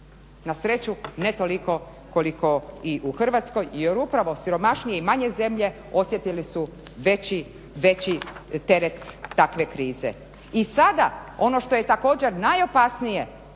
na sreću ne toliko koliko i u Hrvatskoj. Jer upravo siromašnije i manje zemlje osjetili su veći teret takve krize. I sada ono što je također najopasnije